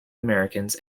americans